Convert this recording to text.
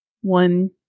one